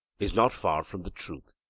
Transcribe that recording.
is not far from the truth.